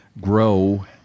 grow